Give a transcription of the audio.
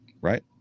right